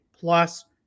plus